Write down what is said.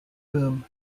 boom